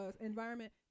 environment